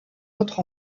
autre